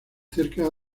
cerca